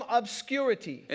obscurity